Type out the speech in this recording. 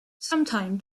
sometime